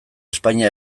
espainia